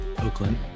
Oakland